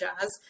jazz